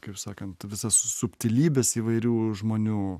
kaip sakant visas subtilybes įvairių žmonių